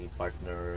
partner